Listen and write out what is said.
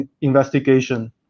investigation